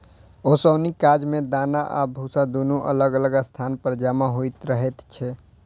ओसौनीक काज मे दाना आ भुस्सा दुनू अलग अलग स्थान पर जमा होइत रहैत छै